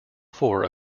four